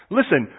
Listen